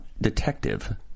Detective